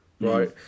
Right